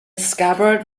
scabbard